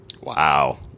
Wow